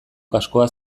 kaskoa